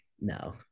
no